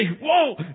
whoa